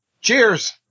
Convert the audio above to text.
Cheers